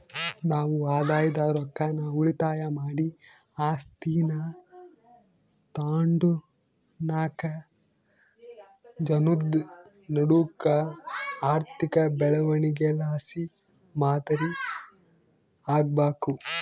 ನಾವು ಆದಾಯದ ರೊಕ್ಕಾನ ಉಳಿತಾಯ ಮಾಡಿ ಆಸ್ತೀನಾ ತಾಂಡುನಾಕ್ ಜನುದ್ ನಡೂಕ ಆರ್ಥಿಕ ಬೆಳವಣಿಗೆಲಾಸಿ ಮಾದರಿ ಆಗ್ಬಕು